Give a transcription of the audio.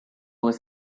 was